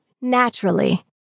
naturally